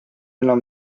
enam